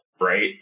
right